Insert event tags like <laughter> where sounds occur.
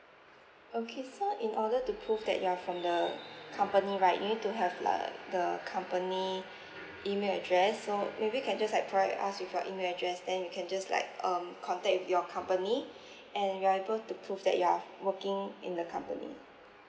okay so in order to prove that you're from the company right you need to have like the company <breath> email address so maybe you can just like provide us with your email address then we can just like um contact with your company <breath> and you are able to prove that you are working in the company